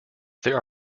there